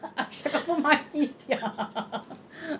aisyah confirm maki sia